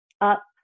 up